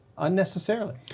unnecessarily